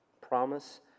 promise